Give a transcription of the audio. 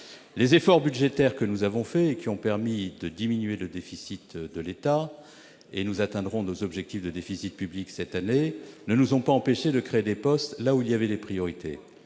Les efforts budgétaires réalisés, qui ont permis de diminuer le déficit de l'État- nous atteindrons nos objectifs de déficit public cette année -, ne nous ont pas empêchés de créer des postes là où des priorités